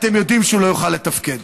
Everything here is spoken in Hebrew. אתם יודעים שהוא לא יוכל לתפקד.